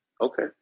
Okay